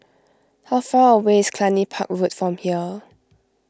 how far away is Cluny Park Road from here